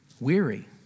Weary